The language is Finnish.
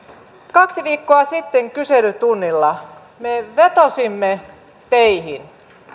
kaksi viikkoa sitten kyselytunnilla me vetosimme teihin